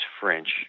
French